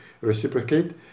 reciprocate